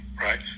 right